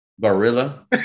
gorilla